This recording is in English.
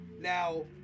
Now